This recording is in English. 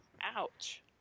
Ouch